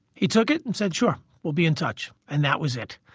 he took it and said, sure, we'll be in touch and that was it.